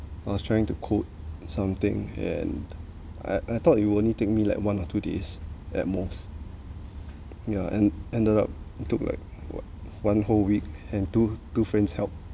I was trying to code something and I I thought it'll only take me like one or two days at most yeah and ended up and took like one whole week and two two friends helped